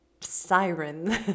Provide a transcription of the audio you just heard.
siren